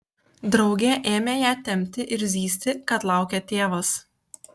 draugė ėmė ją tempti ir zyzti kad laukia tėvas